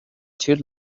thud